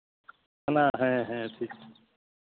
ᱚᱱᱟ ᱦᱮᱸ ᱦᱮᱸ ᱴᱷᱤᱠ